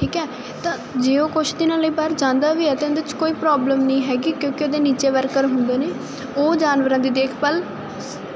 ਠੀਕ ਹੈ ਤਾਂ ਜੇ ਉਹ ਕੁਝ ਦਿਨਾਂ ਲਈ ਬਾਹਰ ਜਾਂਦਾ ਵੀ ਤੇ ਕੋਈ ਪ੍ਰੋਬਲਮ ਨਹੀਂ ਹੈਗੀ ਕਿਉਂਕਿ ਇਹਦੇ ਨੀਚੇ ਵਰਕਰ ਹੁੰਦੇ ਨੇ ਉਹ ਜਾਨਵਰਾਂ ਦੀ ਦੇਖਭਾਲ